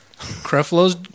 Creflo's